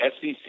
SEC